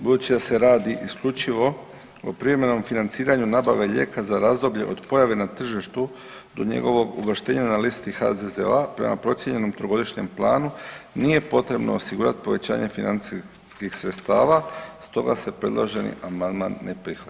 Budući da se radi isključivo o privremenom financiranju nabave lijeka za razdoblje od pojave na tržištu do njegovog uvrštenja na listi HZZO-a prema procijenjenom trogodišnjem planu, nije potrebno osigurat povećanje financijskih sredstava stoga se predloženi Amandman ne prihvaća.